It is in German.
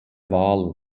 wahl